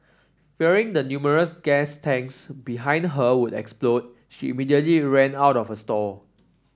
fearing the numerous gas tanks behind her would explode she immediately ran out of her stall